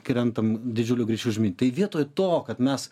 krentam didžiuliu greičiu tai vietoj to kad mes